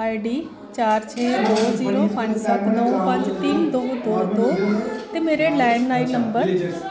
ID चार छे दो जीरो पंज सत्त नौ पंज तिन्न दो दो दो ते मेरे लैंडलाइन नंबर